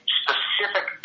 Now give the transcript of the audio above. specific